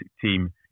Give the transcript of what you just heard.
team